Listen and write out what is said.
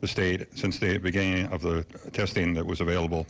the state since the beginning of the testing that was available.